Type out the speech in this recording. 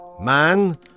Man